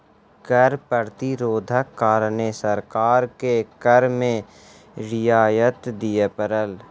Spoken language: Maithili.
कर प्रतिरोधक कारणें सरकार के कर में रियायत दिअ पड़ल